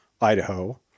idaho